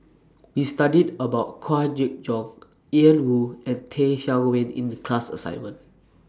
We studied about Kwa Geok Choo Ian Woo and Teh Cheang Wan in The class assignment